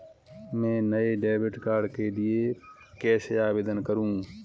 मैं नए debit card के लिए कैसे आवेदन करूं?